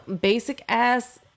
basic-ass